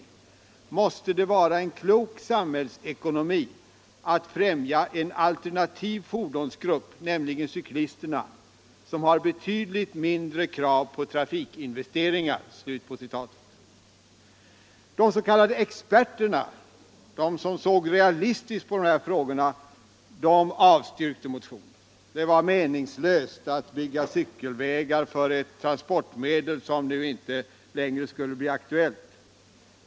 måste det vara en klok samhällsekonomi att främja en alternativ fordonsgrupp, nämligen cyklisterna, som har betydligt mindre krav på trafikinvesteringar.” De s.k. experterna, de som såg realistiskt på de här frågorna, avstyrkte motionen. Det var meningslöst att bygga vägar för ett transportmedel som nu inte längre skulle bli aktuellt.